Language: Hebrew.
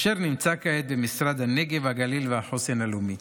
אשר נמצא כעת במשרד הנגב, הגליל והחוסן הלאומי.